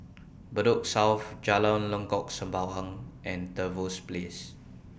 Bedok South Jalan Lengkok Sembawang and Trevose Place